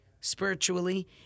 spiritually